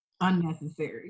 unnecessary